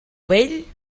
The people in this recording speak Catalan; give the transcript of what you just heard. vell